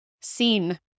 seen